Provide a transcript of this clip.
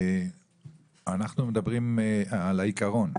אנחנו מדברים על העיקרון.